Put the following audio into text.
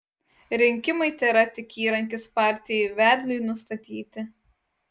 rinkimai tėra tik įrankis partijai vedliui nustatyti